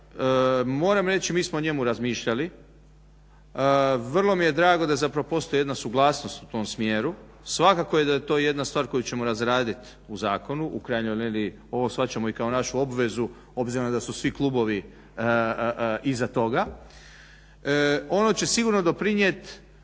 moram reći mi smo o njemu razmišljali. Vrlo mi je drago da postoji jedna suglasnost u tom smjeru. Svakako je da je to jedna stvar koju ćemo razraditi u zakonu u krajnjoj liniji ovo shvaćamo i kao našu obvezu obzirom da su svi klubovi iza togo. Ono će sigurno doprinijet